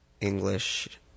English